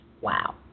Wow